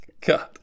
God